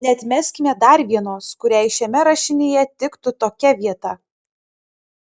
neatmeskime dar vienos kuriai šiame rašinyje tiktų tokia vieta